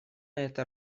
эта